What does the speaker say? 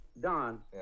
Don